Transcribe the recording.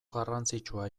garrantzitsua